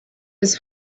his